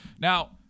now